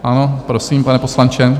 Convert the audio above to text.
Ano, prosím, pane poslanče.